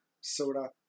soda